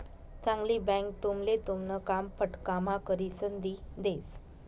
चांगली बँक तुमले तुमन काम फटकाम्हा करिसन दी देस